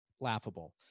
laughable